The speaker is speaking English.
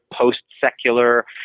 post-secular